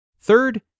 Third